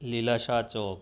Lilashah Chowk